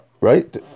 Right